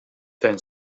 then